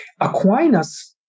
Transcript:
Aquinas